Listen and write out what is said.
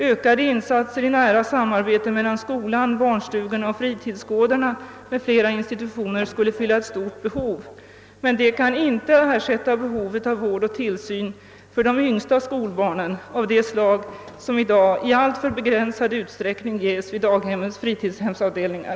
Ökade insatser i nära samarbete mellan skolan, barnstugorna och fritidsgårdarna m.fl. institutioner skulle fylla ett stort behov, men de kan inte ersätta behovet av vård och tillsyn av de yngsta skolbarnen av det slag som i dag i alltför begränsad utsträckning ges vid daghemmens fritidshemsavdelningar.